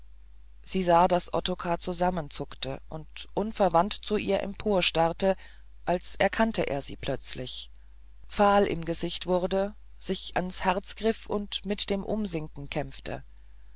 sie sah daß ottokar zusammenzuckte und unverwandt zu ihr emporstarrte als erkannte er sie plötzlich fahl im gesicht wurde sich ans herz griff und mit dem umsinken kämpfte